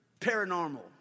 paranormal